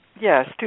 Yes